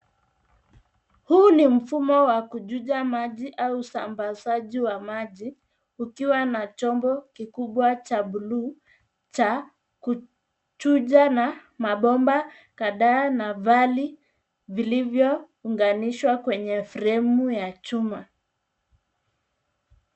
Huu ni mfumo wa kuchuja maji au usambazaji wa maji, ukiwa na chombo kikubwa cha bluu, cha kuchuja na mabomba kadhaa na vali vilivyounganishwa kwenye fremu ya chuma.